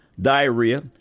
diarrhea